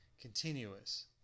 continuous